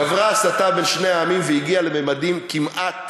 גברה ההסתה בין שני העמים והגיעה לממדים כמעט